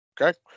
okay